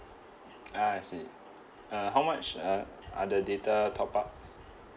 ah I see uh how much uh are the data top up